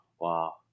wow